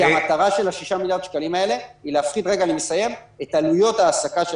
כי המטרה של ה-6 מיליארד שקלים היא להפחית את עלויות ההעסקה של